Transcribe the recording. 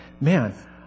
man